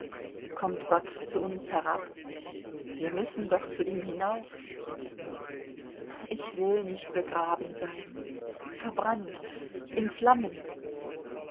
kommt gott zu uns herab wir müssen doch zu ihm hinauf ich will nicht begraben sein verbrannt in flammen